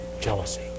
jealousy